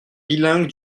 bilingue